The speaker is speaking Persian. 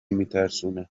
میترسونه